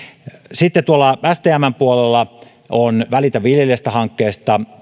sitten tuolla stmn puolella on välitä viljelijästä